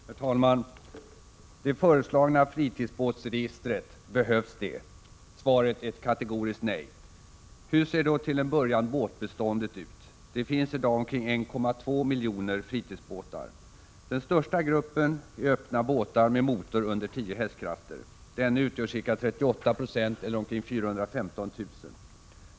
Herr talman! Det föreslagna fritidsbåtsregistret — behövs det? Svaret är ett kategoriskt nej. Hur ser då till en början båtbeståndet ut? Det finns i dag omkring 1,2 miljoner fritidsbåtar. Den största gruppen är öppna båtar med motor under 10 hästkrafter. Denna utgör ca 38 96 av det totala antalet båtar eller omkring 415 000.